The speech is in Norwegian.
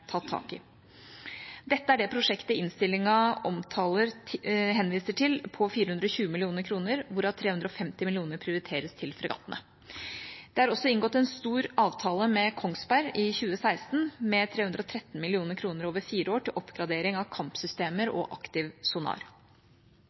tak i. Dette er det prosjektet det henvises til i innstillinga – på 420 mill. kr, hvorav 350 mill. kr prioriteres til fregattene. Det ble også inngått en stor avtale med Kongsberg Defence System i 2016 – 313 mill. kr over fire år til oppgradering av kampsystemer